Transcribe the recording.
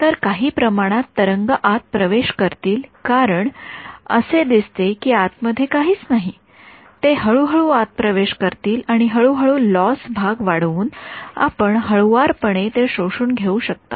तर काही प्रमाणात तरंग आत प्रवेश करतील कारण असे दिसते की आतमध्ये काहीच नाही ते हळूहळू आत प्रवेश करतील आणि हळूहळू लॉस भाग वाढवून आपण हळूवारपणे ते शोषून घेऊ शकता